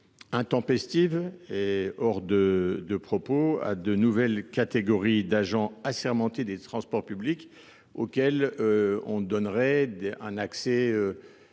intempestive et hors de propos à de nouvelles catégories d’agents assermentés des transports publics le libre accès,